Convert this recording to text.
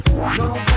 No